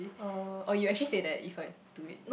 oh oh you actually say that if I do it